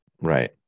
Right